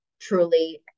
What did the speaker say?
truly